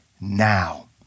now